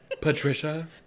Patricia